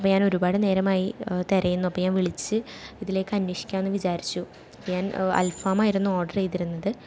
അപ്പം ഞാനൊരുപാട് നേരമായി തിരയുന്നു അപ്പം ഞാൻ വിളിച്ച് ഇതിലേക്ക് അന്വേഷിക്കാമെന്നു വിചാരിച്ചു ഞാൻ അൽഫാമായിരുന്നു ഓർഡർ ചെയ്തിരുന്നത്